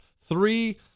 Three